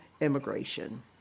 immigration